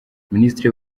minisitiri